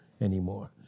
anymore